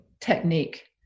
technique